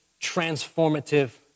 transformative